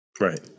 Right